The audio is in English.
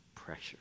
Pressure